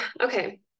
Okay